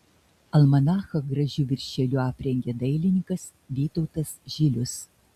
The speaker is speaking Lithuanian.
almanachą gražiu viršeliu aprengė dailininkas vytautas žilius